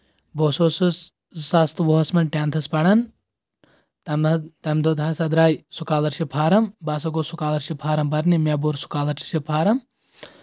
بہٕ ہسا اوسُس زٕ ساس تہٕ وُہَس منٛز ٹیٚنٛتھس پران تمہ تَمہِ دۄہ ہسا درٛایہِ سکالرشِپ فارم بہٕ ہسا گوس سکالرشِپ فارم برنہِ مےٚ بوٚر سکالرشپ فارم